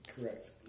Correct